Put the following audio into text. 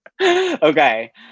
okay